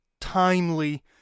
timely